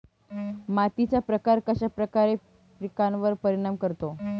मातीचा प्रकार कश्याप्रकारे पिकांवर परिणाम करतो?